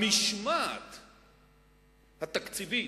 המשמעת התקציבית,